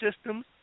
systems